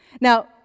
Now